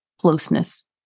closeness